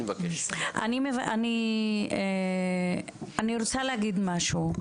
אני רוצה להגיד משהו,